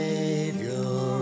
Savior